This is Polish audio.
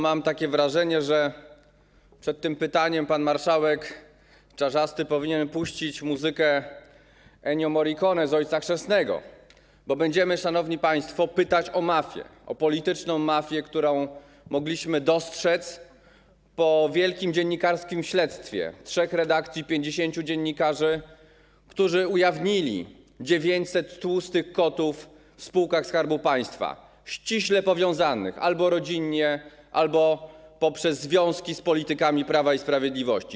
Mam wrażenie, że przed tym pytaniem pan marszałek Czarzasty powinien puścić muzykę Ennio Morricone z „Ojca chrzestnego”, bo będziemy, szanowni państwo, pytać o mafię, o polityczną mafię, którą mogliśmy dostrzec po wielkim dziennikarskim śledztwie trzech redakcji, 50 dziennikarzy, którzy ujawnili 900 tłustych kotów w spółkach Skarbu Państwa, ściśle powiązanych albo rodzinnie, albo poprzez związki z politykami Prawa i Sprawiedliwości.